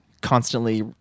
constantly